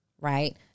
right